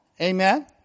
Amen